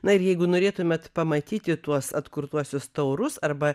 na ir jeigu norėtumėt pamatyti tuos atkurtuosius taurus arba